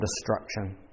destruction